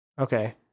okay